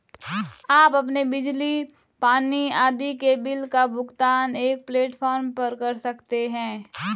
आप अपने बिजली, पानी आदि के बिल का भुगतान एक प्लेटफॉर्म पर कर सकते हैं